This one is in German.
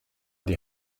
die